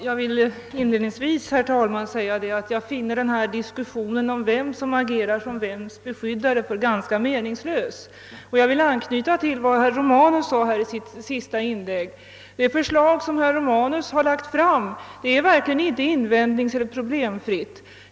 Herr talman! Inledningsvis vill jag säga att jag finner det ganska meningslöst med denna diskussion om vem som agerar som vems beskyddare. Jag vill i stället anknyta till vad herr Romanus sade i sitt senaste inlägg. Det förslag som herr Romanus har lagt fram är verkligen inte invändningseller problemfritt.